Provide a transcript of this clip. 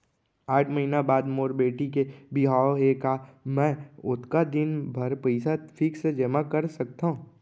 आठ महीना बाद मोर बेटी के बिहाव हे का मैं ओतका दिन भर पइसा फिक्स जेमा कर सकथव?